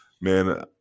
man